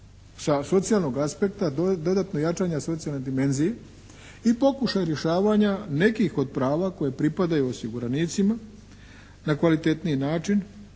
sa socijalnog aspekta dodatno jačanje socijalne dimenzije i pokušaj rješavanja nekih od prava koji pripadaju osiguranicima na kvalitetniji način